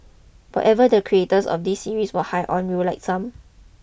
whatever the creators of this series was high on we'd like some